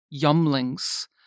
yumlings